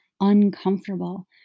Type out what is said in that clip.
uncomfortable